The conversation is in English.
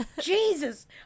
jesus